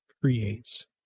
creates